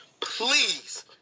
please